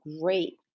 great